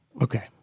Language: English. Okay